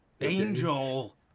Angel